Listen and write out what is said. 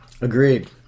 Agreed